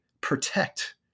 protect